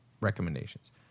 recommendations